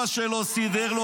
הוא שירת.